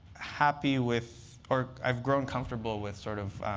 happy with or i've grown comfortable with sort of